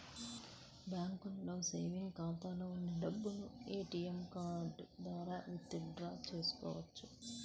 బ్యాంకులో సేవెంగ్స్ ఖాతాలో ఉన్న డబ్బును ఏటీఎం కార్డు ద్వారా విత్ డ్రా చేసుకోవచ్చు